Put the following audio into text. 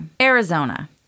Arizona